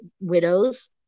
widows